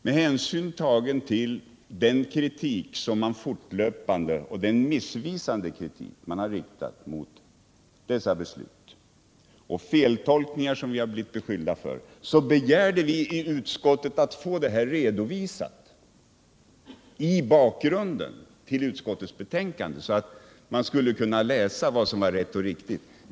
Med hänsyn tagen till den missvisande kritik som man fortlöpande riktat mot dessa beslut och de feltolkningar som vi har blivit beskyllda för begärde vi i utskottet att få det här redovisat som bakgrund till utskottets betänkande, så att man skulle kunna läsa vad som var rätt och riktigt.